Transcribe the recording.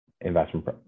investment